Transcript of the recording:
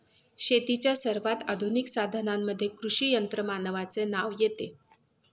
शेतीच्या सर्वात आधुनिक साधनांमध्ये कृषी यंत्रमानवाचे नाव येते